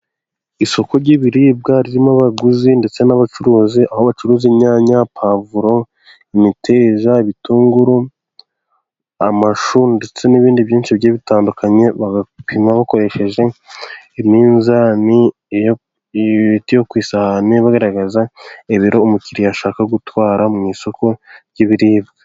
Isoko ry'ibiribwa ririmo abaguzi ndetse n'abacuruzi aho bacuruza inyanya, pavuro imiteja ,ibitunguru ,amashu ndetse n'ibindi byinshi bigiye bitandukanye, bagapima bakoresheje iminzani iteye ku isahani bagaragaza ibiro umukiriya ashaka gutwara mu isoko ry'ibiribwa.